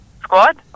squad